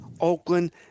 Oakland